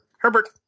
Herbert